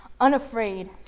unafraid